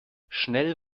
schnell